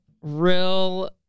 real